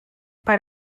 per